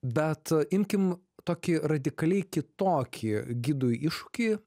bet imkim tokį radikaliai kitokį gidų iššūkį